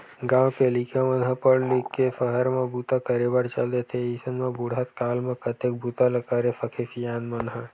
गाँव के लइका मन ह पड़ लिख के सहर म बूता करे बर चल देथे अइसन म बुड़हत काल म कतेक बूता ल करे सकही सियान मन ह